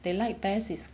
they liked best is